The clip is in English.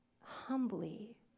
humbly